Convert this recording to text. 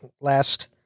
last